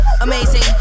Amazing